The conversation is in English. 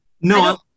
No